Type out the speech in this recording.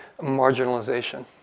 marginalization